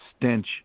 stench